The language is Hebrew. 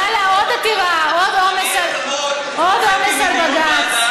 יאללה, עוד עתירה, עוד עומס על בג"ץ.